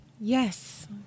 Yes